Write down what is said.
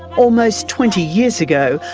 almost twenty years ago,